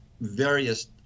various